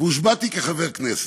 והושבעתי כחבר כנסת.